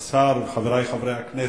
השר, חברי חברי הכנסת,